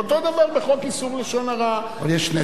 אותו דבר בחוק איסור לשון הרע, אבל יש נזק פר סה.